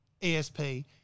ESP